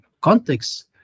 context